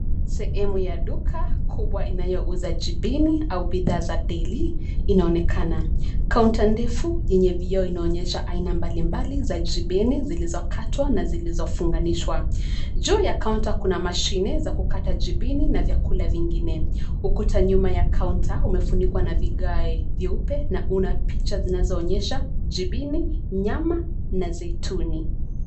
Sehemu ya duka kubwa inayo uza jibini, au bidhaa za deli inaonekana. Kaunta ndefu, yenye vioo inaonyesha aina mbalimbali za jibini zilizokatwa na zilizofunganishwa. Juu ya kaunta kuna mashine za kukata jibini na vyakula vingine. Ukuta nyuma ya kaunta umefunikwa na vigae vyeupe na una picha zinazoonyesha jibini, nyama, na zeituni.